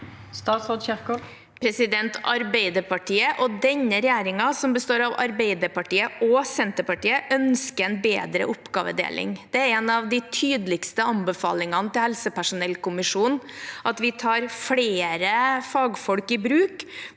Arbeiderparti- et og denne regjeringen, som består av Arbeiderpartiet og Senterpartiet, ønsker en bedre oppgavedeling. Det er en av de tydeligste anbefalingene til helsepersonellkommisjonen: at vi tar flere fagfolk i bruk